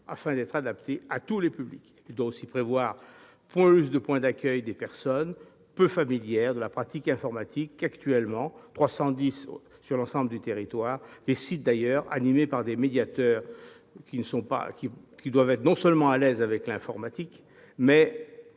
afin d'être adapté à tous les publics. Il doit aussi prévoir plus de points d'accueil des personnes peu familières de la pratique informatique, au nombre de 310 actuellement sur l'ensemble du territoire, points animés par des médiateurs qui doivent non seulement être à l'aise avec l'informatique, mais